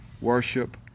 worship